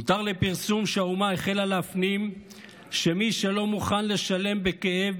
הותר לפרסום שהאומה החלה להפנים שמי שלא מוכן לשלם בכאב,